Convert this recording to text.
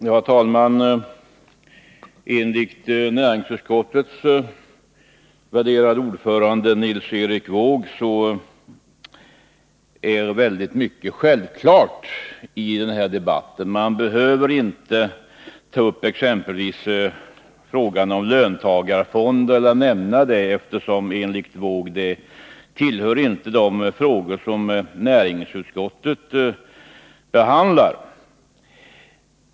Herr talman! Enligt näringsutskottets värderade ordförande Nils Erik Wååg är det väldigt mycket som är självklart i den här debatten. Man behöver inte ta upp exempelvis frågan om löntagarfonder eller nämna den, eftersom den inte tillhör de frågor som näringsutskottet behandlar.